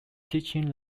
teaching